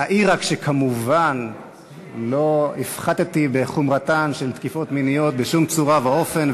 אעיר רק שכמובן לא הפחתתי בחומרתן של תקיפות מיניות בשום צורה ואופן,